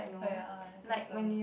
oh ya uh I think so